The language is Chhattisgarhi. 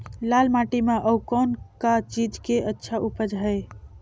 लाल माटी म अउ कौन का चीज के अच्छा उपज है?